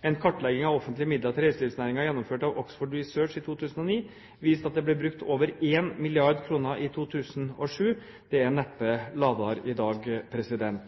En kartlegging av offentlige midler til reiselivsnæringen gjennomført av Oxford Research i 2009 viste at det ble brukt over 1 mrd. kr i 2007. Det er neppe lavere i dag.